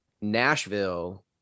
Nashville